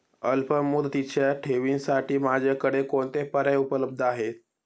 अल्पमुदतीच्या ठेवींसाठी माझ्याकडे कोणते पर्याय उपलब्ध आहेत?